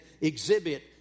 exhibit